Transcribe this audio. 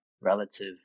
relative